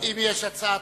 אם יש הצעה דחופה,